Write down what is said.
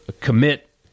commit